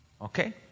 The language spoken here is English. Okay